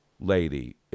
lady